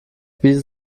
bietet